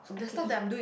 so I can eat